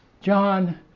John